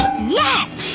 yes!